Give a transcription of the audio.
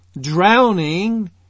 drowning